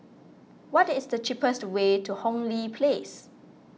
what is the cheapest way to Hong Lee Place